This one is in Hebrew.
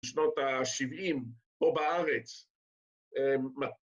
‫בשנות ה-70, פה בארץ,